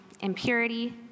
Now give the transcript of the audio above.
impurity